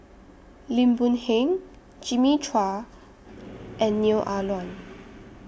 Lim Boon Heng Jimmy Chua and Neo Ah Luan